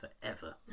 forever